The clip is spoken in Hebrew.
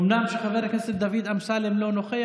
אומנם חבר הכנסת דוד אמסלם לא נוכח,